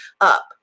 up